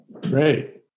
Great